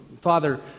Father